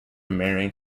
marrying